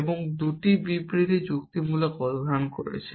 এখন এই 2 টি বিবৃতি যুক্তিবিদ্যা অধ্যয়ন করেছেন